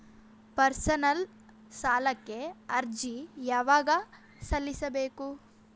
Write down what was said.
Personal ಸಾಲಕ್ಕೆ ಅರ್ಜಿ ಯವಾಗ ಸಲ್ಲಿಸಬೇಕು?